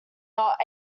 not